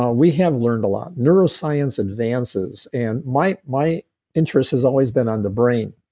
um we have learned a lot neuroscience advances and my my interest has always been on the brain,